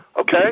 Okay